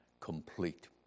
complete